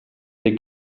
der